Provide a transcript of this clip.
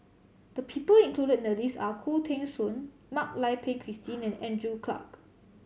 the people included in the list are Khoo Teng Soon Mak Lai Peng Christine and Andrew Clarke